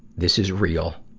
this is real.